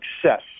success